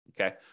Okay